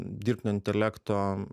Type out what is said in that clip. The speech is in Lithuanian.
dirbtinio intelekto